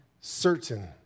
certain